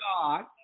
God